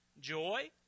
Joy